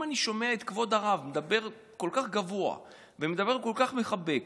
אם אני שומע את כבוד הרב מדבר כל כך גבוה ומדבר כל כך מחבק,